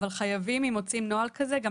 אבל חייבים אם מוציאים נוהל כזה גם